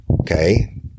Okay